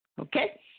Okay